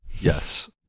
Yes